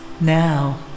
Now